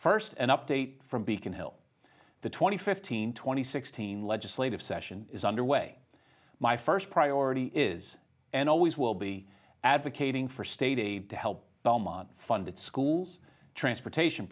first an update from beacon hill the twenty fifteen twenty sixteen legislative session is underway my first priority is and always will be advocating for state aid to help belmont funded schools transportation